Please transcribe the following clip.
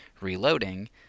reloading